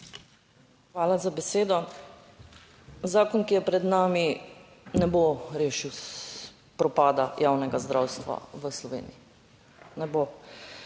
Hvala za besedo. Zakon, ki je pred nami, ne bo rešil propada javnega zdravstva v Sloveniji, ne bo.